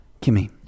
Kimmy